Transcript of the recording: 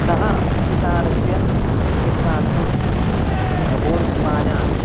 सः अतिसारस्य चिकित्सार्थं बहून् उपायान्